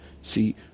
See